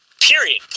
Period